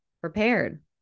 prepared